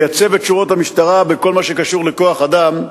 לייצב את שורות המשטרה בכל מה שקשור לכוח-אדם,